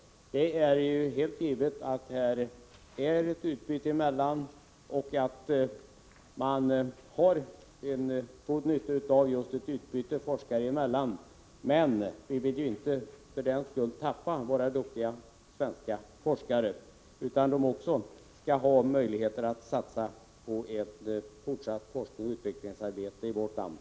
Det är givet att man har nytta av ett utbyte, men vi vill inte för den skull tappa våra duktiga svenska forskare. De skall också ha möjligheter att satsa på fortsatt forskningsoch utvecklingsarbete i vårt land.